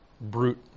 brute